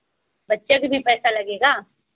बच्चे का भी पैसा लगेगा